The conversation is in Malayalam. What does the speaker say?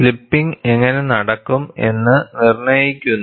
സ്ലിപ്പിംഗ് എങ്ങനെ നടക്കുമെന്ന് ഇത് നിർണ്ണയിക്കുന്നു